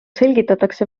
selgitatakse